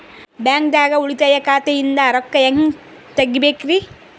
ಬ್ಯಾಂಕ್ದಾಗ ಉಳಿತಾಯ ಖಾತೆ ಇಂದ್ ರೊಕ್ಕ ಹೆಂಗ್ ತಗಿಬೇಕ್ರಿ?